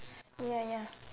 ya ya